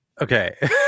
okay